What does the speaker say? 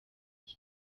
iki